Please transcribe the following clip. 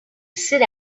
sit